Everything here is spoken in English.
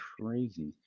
crazy